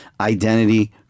identity